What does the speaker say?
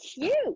cute